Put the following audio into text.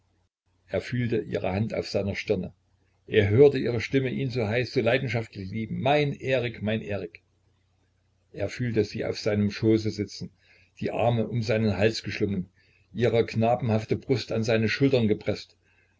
er fühlte ihre hand auf seiner stirne er hörte ihre stimme ihn so heiß so leidenschaftlich lieben mein erik mein erik er fühlte sie auf seinem schoße sitzen die arme um seinen hals geschlungen ihre knabenhafte brust an seine schultern gepreßt